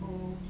oh